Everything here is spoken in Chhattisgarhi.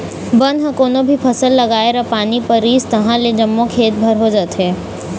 बन ह कोनो भी फसल लगाए र पानी परिस तहाँले जम्मो खेत भर हो जाथे